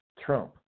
Trump